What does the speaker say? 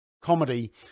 comedy